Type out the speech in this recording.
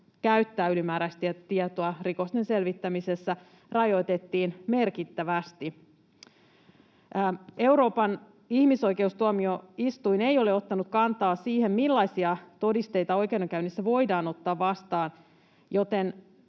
käyttää ylimääräistä tietoa rikosten selvittämisessä rajoitettiin merkittävästi. Euroopan ihmisoikeustuomioistuin ei ole ottanut kantaa siihen, millaisia todisteita oikeudenkäynnissä voidaan ottaa vastaan, joten